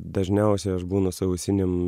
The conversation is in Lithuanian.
dažniausiai aš būnu su ausinėm